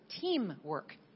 teamwork